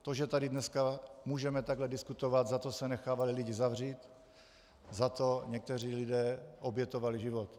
To, že tady dneska můžeme takhle diskutovat, za to se nechávali lidi zavřít, za to někteří lidé obětovali život.